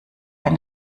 eine